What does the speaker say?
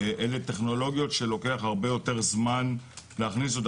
אלו טכנולוגיות שלוקח הרבה יותר זמן להכניס אותן